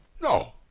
No